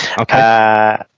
Okay